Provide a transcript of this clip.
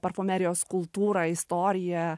parfumerijos kultūrą istoriją